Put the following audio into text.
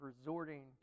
resorting